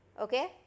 Okay